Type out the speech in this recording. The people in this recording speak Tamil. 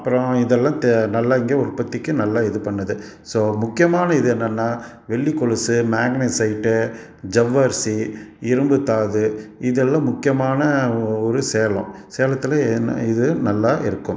அப்புறோம் இதெல்லாம் த நல்ல இங்கே உற்பத்திக்கு நல்ல இது பண்ணுது ஸோ முக்கியமான இது என்னென்னா வெள்ளி கொலுசு மேக்னஸ்சைட்டு ஜவ்வரிசி இரும்பு தாது இதெல்லாம் முக்கியமான ஊ ஊர் சேலம் சேலத்தில் என்ன இது நல்லா இருக்கும்